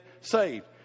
saved